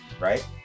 Right